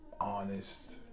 honest